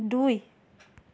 দুই